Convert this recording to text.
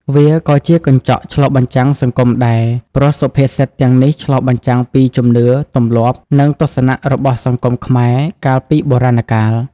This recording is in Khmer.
វាក៏ជាកញ្ចក់ឆ្លុះបញ្ចាំងសង្គមដែរ ព្រោះសុភាសិតទាំងនេះឆ្លុះបញ្ចាំងពីជំនឿ ទម្លាប់ និងទស្សនៈរបស់សង្គមខ្មែរកាលពីបូរាណកាល។